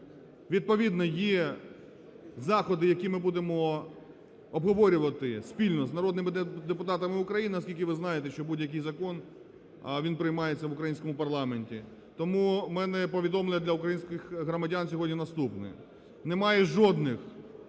Відповідно є заходи, які ми будемо обговорювати спільно з народними депутатами України, оскільки ви знаєте, що будь-який закон, а він приймається в українському парламенті. Тому у мене повідомлення для українських громадян сьогодні наступне: немає жодних